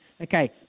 Okay